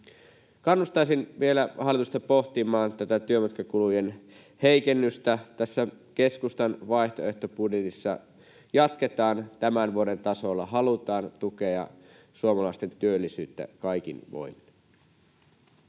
Kannustaisin vielä hallitusta pohtimaan tätä työmatkakulujen heikennystä. Keskustan vaihtoehtobudjetissa jatketaan tämän vuoden tasolla, halutaan tukea suomalaisten työllisyyttä kaikin voimin.